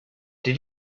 did